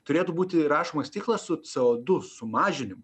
turėtų būti rašomas tikslas su co du sumažinimu